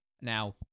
Now